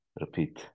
repeat